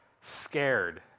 scared